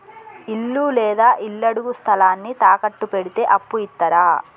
ఇల్లు లేదా ఇళ్లడుగు స్థలాన్ని తాకట్టు పెడితే అప్పు ఇత్తరా?